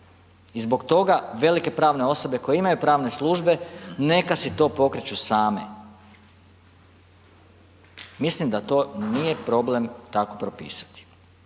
i zbog toga velike pravne osobe koje imaju pravne službe, neka si to pokreću same. Mislim da to nije problem tako propisati.